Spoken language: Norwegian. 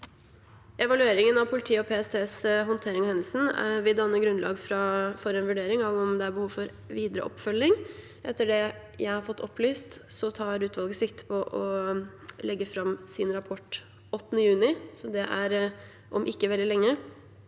Evalueringen av politiets og PSTs håndtering av hendelsen vil danne grunnlag for en vurdering av om det er behov for videre oppfølging. Etter det jeg har fått opplyst, tar utvalget sikte på å legge fram sin rapport 8. juni, så det er om ikke veldig lenge.